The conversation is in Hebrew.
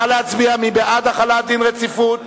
נא להצביע מי בעד החלת דין רציפות,